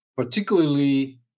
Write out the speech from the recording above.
particularly